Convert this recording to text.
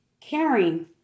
Caring